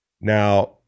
Now